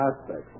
aspects